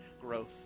growth